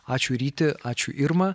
ačiū ryti ačiū irma